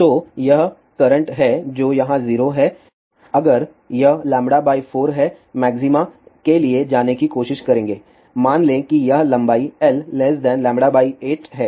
तो यह करंट है जो यहाँ 0 है अगर यह λ 4 है मॅक्सिमा के लिए जाने की कोशिश करेंगे मान लें कि यह लंबाई l λ 8 है